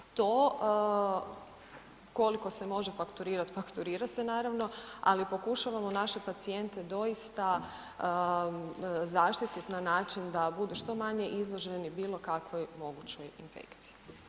To koliko se može fakturirati, fakturira se, naravno, ali pokušavamo naše pacijente doista zaštititi na način da budu što manje izloženi bilo kakvoj mogućoj infekciji.